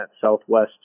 Southwest